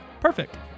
Perfect